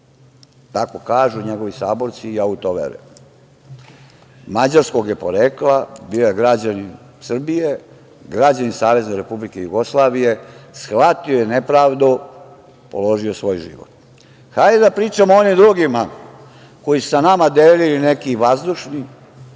Tako kažu njegovi saborci i ja u to verujem. Mađarskog je porekla, bio je građanin Srbije, građanin SFRJ, shvatio je nepravdu, položio je svoj život. Hajde da pričamo onima drugima koji su sa nama delili neki vazdušni